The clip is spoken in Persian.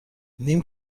نیم